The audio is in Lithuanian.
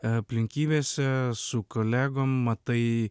aplinkybėse su kolegom matai